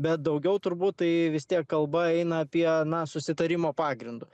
bet daugiau turbūt tai vis tiek kalba eina apie na susitarimo pagrindu